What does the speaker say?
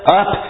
up